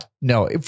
no